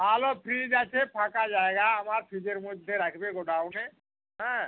ভালো ফ্রিজ আছে ফাঁকা জায়গা আমার ফ্রিজের মধ্যে রাখবে গোডাউনে হ্যাঁ